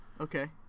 Okay